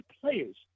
players